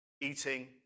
eating